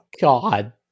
God